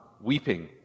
weeping